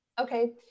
okay